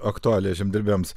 aktualią žemdirbiams